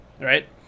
right